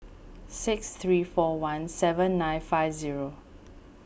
six three four one seven nine five zero